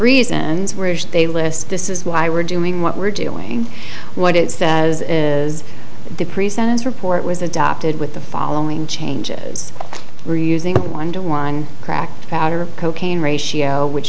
reasons where they list this is why we're doing what we're doing what it says is the pre sentence report was adopted with the following changes reusing the one to one crack to powder cocaine ratio which